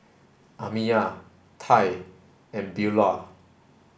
Amiyah Tai and Beula